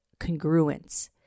congruence